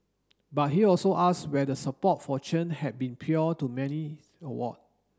but he also asks where the support for Chen had been to many award